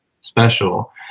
special